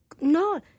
no